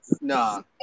No